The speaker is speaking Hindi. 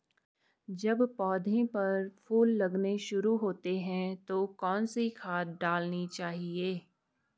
जब पौधें पर फूल लगने शुरू होते हैं तो कौन सी खाद डालनी चाहिए?